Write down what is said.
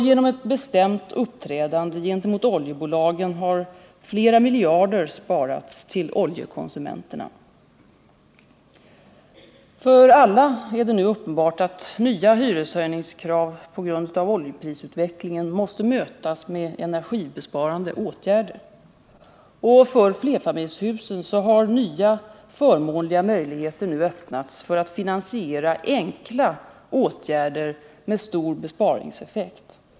Genom ett bestämt uppträdande gentemot oljebolagen har flera miljarder sparats till oljekonsumenterna. För alla är det nu uppenbart att nya hyreshöjningskrav på grund av oljeprisutvecklingen måste mötas med energibesparande åtgärder. För flerfamiljshusen har nya förmånliga möjligheter nu öppnats för att finansiera enkla åtgärder med stor besparingseffekt.